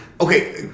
Okay